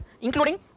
including